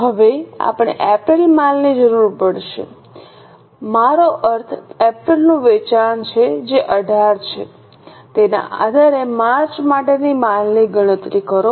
હવે આપણે એપ્રિલની માલની જરૂર પડશે મારો અર્થ એપ્રિલનું વેચાણ છે જે 18 છે તેના આધારે માર્ચ માટેની માલની ગણતરી કરો